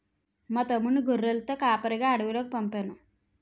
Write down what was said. మా తమ్ముణ్ణి గొర్రెలతో కాపరిగా అడవిలోకి పంపేను